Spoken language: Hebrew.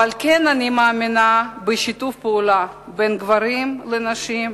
אבל אני כן מאמינה בשיתוף פעולה בין גברים לנשים.